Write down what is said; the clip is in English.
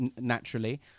naturally